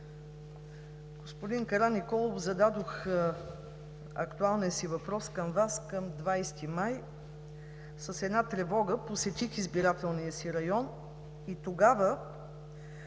Господин Караниколов, зададох актуалния си въпрос към Вас на 20 май с една тревога. Посетих избирателния си район и тогава